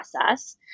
process